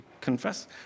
confess